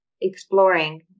exploring